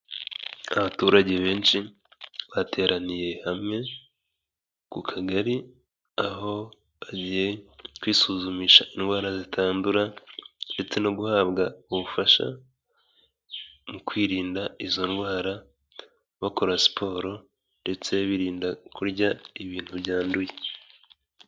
Abaturage benshi bateraniye hamwe ku kagari, aho bagiye kwisuzumisha indwara zitandura ndetse no guhabwa ubufasha mu kwirinda izo ndwara, bakora siporo ndetse birinda kurya ibintu byanduye.